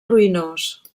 ruïnós